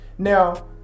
Now